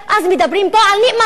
אז מדברים פה על נאמנות,